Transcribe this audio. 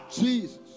Jesus